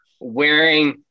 wearing